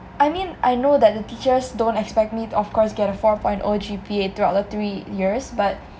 I mean I know that the teachers don't expect me to of course get a four point oh G_P_A throughout the three years but